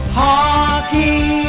hockey